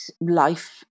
life